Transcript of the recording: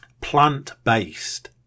plant-based